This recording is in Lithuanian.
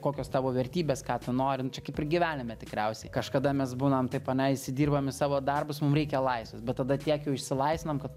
kokios tavo vertybės ką tu nori nu čia kaip ir gyvenime tikriausiai kažkada mes būnam taip ane įsidirbam į savo darbus mum reikia laisvės bet tada tiek jau išsilaisvinam kad